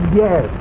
yes